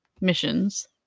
missions